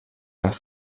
las